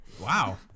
wow